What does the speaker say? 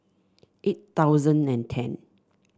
eight thousand and ten